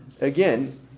again